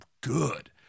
good